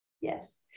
Yes